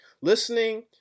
Listening